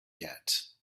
yet